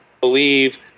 believe